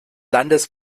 landes